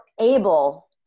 able